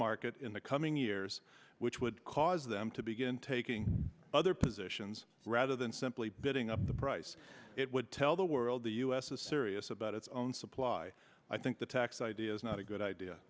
market in the coming years which would cause them to begin taking other positions rather than simply bidding up the price it would tell the world the u s is serious about its own supply i think the tax idea is not a good idea